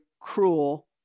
cruel